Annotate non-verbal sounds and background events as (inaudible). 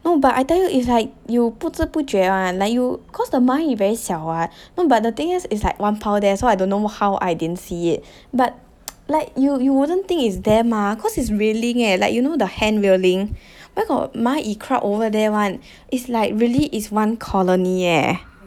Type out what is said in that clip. no but I tell you it's like you 不知不觉 ah like you cause the 蚂蚁 very 小 [what] no but the thing is is like one pile there so I don't know how I didn't see it but (noise) like you you wouldn't think is there mah cause is railing eh like you know the hand railing where got 蚂蚁 crawl over there [one] is like really is one colony eh